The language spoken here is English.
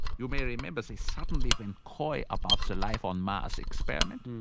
you may remember they suddenly went coy about the life on mars experiment,